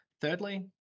Thirdly